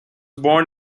born